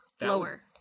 Lower